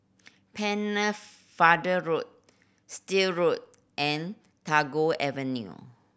Pennefather Road Still Road and Tagore Avenue